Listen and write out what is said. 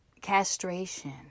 castration